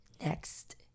next